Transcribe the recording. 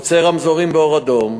חוצה צמתים באור אדום,